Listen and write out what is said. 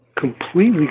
completely